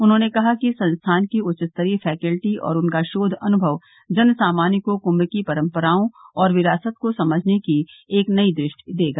उन्होंने कहा कि संस्थान की उच्चस्तरीय फैकेल्टी और उनका शोघ अनुमव जन सामान्य को कुंभ की परम्पराओं और विरासत को समझने की एक नई दृष्टि देगा